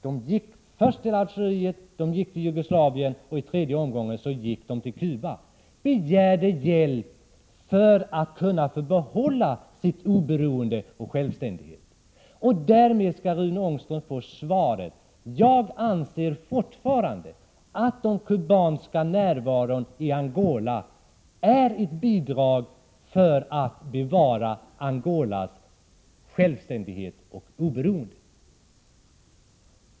De gick först till Algeriet, de gick till Jugoslavien och i tredje omgången gick de till Cuba — och begärde hjälp för att kunna få behålla sitt oberoende och sin självständighet. Därmed skall Rune Ångström få svaret: Jag anser fortfarande att den kubanska närvaron i Angola är ett bidrag för att bevara Angolas självständighet och oberoende.